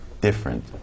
different